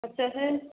ପଚାଶ